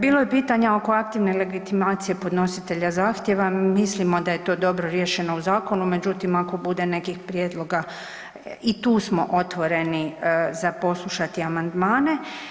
Bilo je pitanja oko aktivne legitimacije podnositelja zahtjeva, mislimo da je to dobro riješeno u zakonu, međutim ako bude nekih prijedloga i tu smo otvoreni za poslušati amandmane.